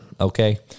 Okay